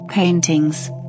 Paintings